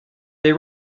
they